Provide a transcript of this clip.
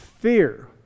fear